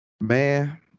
Man